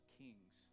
kings